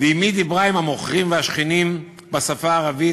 ואמי דיברה עם המוכרים והשכנים בשפה הערבית,